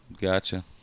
Gotcha